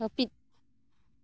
ᱦᱟᱹᱯᱤᱫ